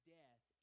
death